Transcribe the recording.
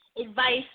advice